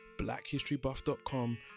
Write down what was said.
blackhistorybuff.com